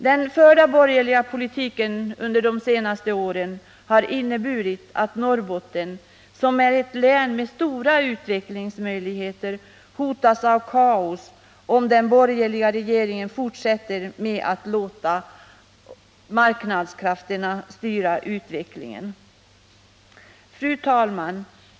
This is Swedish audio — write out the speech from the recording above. Den förda borgerliga politiken under de senaste åren har inneburit att Norrbotten, som är ett län med stora utvecklingsmöjligheter, hotas av kaos. Detta gäller i än högre grad om den borgerliga politiken fortsätter att låta marknadskrafterna styra utvecklingen. Fru talman!